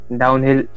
downhill